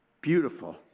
Beautiful